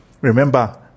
remember